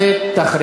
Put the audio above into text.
ועדת הכנסת תכריע.